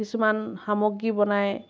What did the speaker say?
কিছুমান সামগ্ৰী বনায়